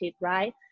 right